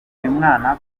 mwana